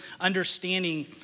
understanding